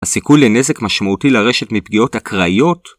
הסיכוי לנזק משמעותי לרשת מפגיעות אקראיות